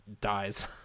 dies